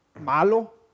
malo